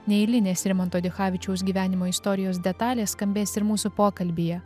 neeilinės rimanto dichavičiaus gyvenimo istorijos detalės skambės ir mūsų pokalbyje